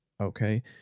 okay